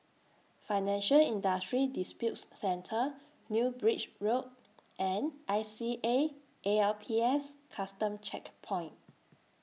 Financial Industry Disputes Center New Bridge Road and I C A A L P S Custom Checkpoint